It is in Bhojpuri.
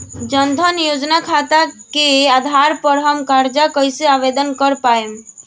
जन धन योजना खाता के आधार पर हम कर्जा कईसे आवेदन कर पाएम?